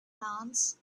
plants